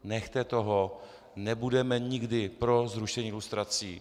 Nechte toho, nebudeme nikdy pro zrušení lustrací.